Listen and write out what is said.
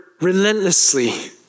relentlessly